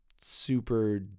super